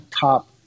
top